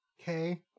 Okay